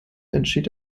entschied